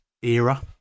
Era